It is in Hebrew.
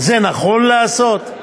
זה נכון לעשות?